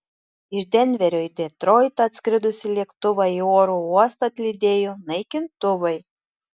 iš denverio į detroitą atskridusį lėktuvą į oro uostą atlydėjo naikintuvai